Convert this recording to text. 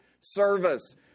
service